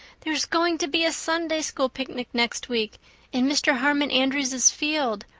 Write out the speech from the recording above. there's going to be a sunday-school picnic next week in mr. harmon andrews's field,